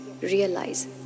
realize